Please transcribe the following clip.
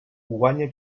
guanya